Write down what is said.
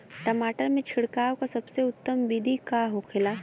टमाटर में छिड़काव का सबसे उत्तम बिदी का होखेला?